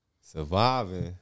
Surviving